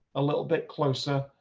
a little bit closer.